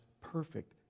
perfect